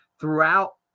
throughout